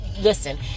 Listen